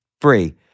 free